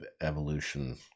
evolution